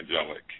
angelic